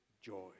joy